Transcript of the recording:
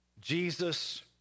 Jesus